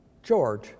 George